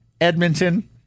Edmonton